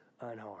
unharmed